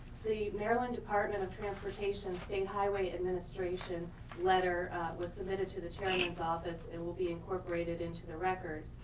the maryland department of transportation state highway administration letter was submitted to the chairman's office, it will be incorporated into the record,